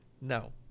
no